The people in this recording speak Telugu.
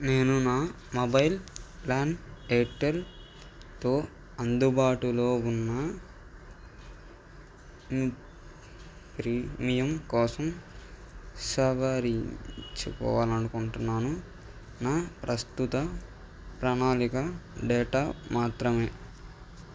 నేను నా మొబైల్ ప్లాన్ ఎయిర్టెల్తో అందుబాటులో ఉన్న ప్రీమియం కోసం సవరించుకోవాలి నుకుంటున్నాను నా ప్రస్తుత ప్రణాళిక డేటా మాత్రమే